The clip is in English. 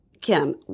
Kim